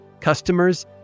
customers